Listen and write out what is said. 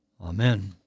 Amen